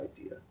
idea